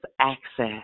access